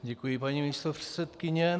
Děkuji, paní místopředsedkyně.